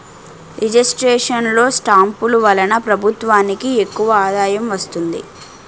registration లో స్టాంపులు వలన ప్రభుత్వానికి ఎక్కువ ఆదాయం వస్తుంది